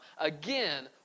again